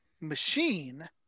machine